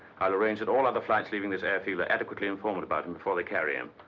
i'll arrange that all other flights leaving this airfield. are adequately informed about him before they carry him.